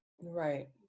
right